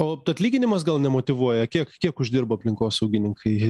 o atlyginimas gal nemotyvuoja kiek kiek uždirba aplinkosaugininkai